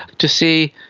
to see,